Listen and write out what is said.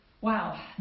wow